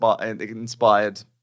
inspired